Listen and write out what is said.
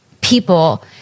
people